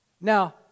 Now